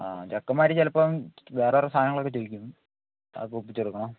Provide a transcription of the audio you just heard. ആ ചെക്കന്മാർ ചിലപ്പം വേറോരോ സാധനങ്ങളൊക്കെ ചോദിക്കും അതൊക്കെ ഒപ്പിച്ച് കൊടുക്കണം